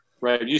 right